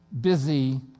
busy